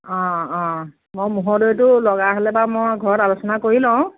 অঁ অঁ মই ম'হৰ দৈটো লগা হ'লেতো বাৰু মই ঘৰত আলোচনা কৰি লওঁ